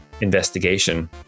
investigation